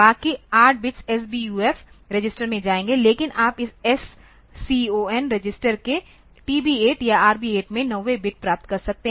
बाकी 8 bits SBUF register में जाएंगे लेकिन आप इस SCON रजिस्टर के TB8 या RB8 में नौवें बिट प्राप्त कर सकते हैं